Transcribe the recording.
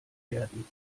werden